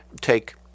take